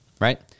right